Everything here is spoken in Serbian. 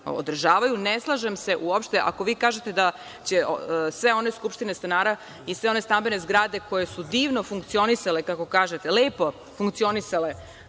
Ne slažem sa uopšte ako kažete da će sve one skupštine stanara i sve one stambene zgrade koje su divno funkcionisale kako kažete, lepo funkcionisale